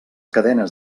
cadenes